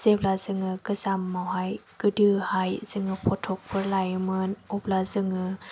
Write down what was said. जेब्ला जोङो गोजामआवहाय गोदोहाय जोङो फथ'फोर लायोमोन अब्ला जोङो